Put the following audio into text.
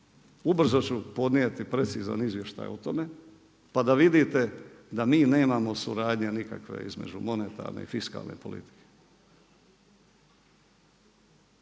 Ubrzo ću podnijeti precizan izvještaj o tome pa da vidite da mi nemamo suradnje nikakve između monetarne i fiskalne politike.